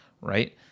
right